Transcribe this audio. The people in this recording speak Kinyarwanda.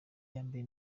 yambaye